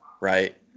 right